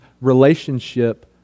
relationship